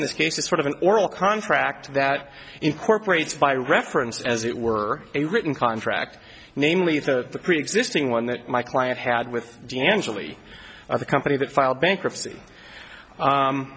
in this case is sort of an oral contract that incorporates by reference as it were a written contract namely the preexisting one that my client had with g angele the company that filed bankruptcy